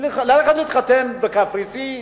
ללכת להתחתן בקפריסין,